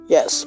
Yes